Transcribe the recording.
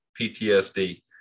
PTSD